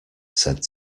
said